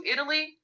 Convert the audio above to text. Italy